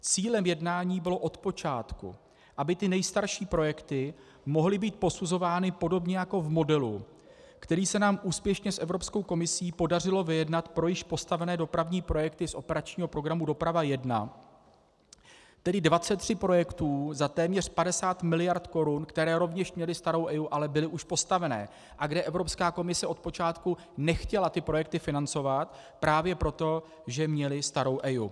Cílem jednání bylo od počátku, aby nejstarší projekty mohly být posuzovány podobně jako v modelu, který se nám úspěšně s Evropskou komisí podařilo vyjednat pro již postavené dopravní projekty z operačního programu Doprava 1, tedy 23 projektů za téměř 50 mld. korun, které měly rovněž starou EIA, ale byly už postavené, a kde Evropská komise od počátku nechtěla projekty financovat právě proto, že měly starou EIA.